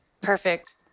Perfect